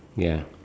ya